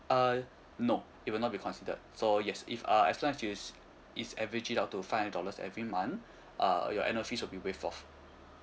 uh no it will not be considered so yes if uh as long as it's it's average it out to five hundred dollars every month uh your annual fees will be waived off